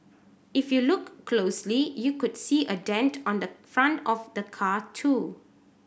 if you look closely you could see a dent on the front of the car too